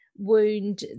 wound